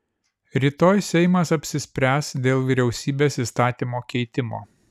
rytoj seimas apsispręs dėl vyriausybės įstatymo keitimo